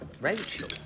Rachel